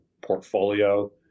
portfolio